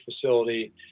facility